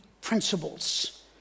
principles